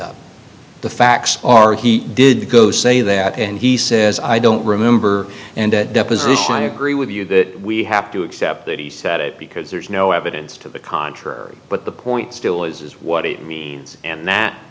up the facts are he did say that and he says i don't remember and at deposition i agree with you that we have to accept that he said it because there's no evidence to the contrary but the point still is what it means and that